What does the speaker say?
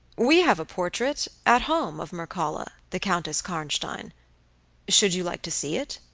we have a portrait, at home, of mircalla, the countess karnstein should you like to see it?